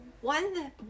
one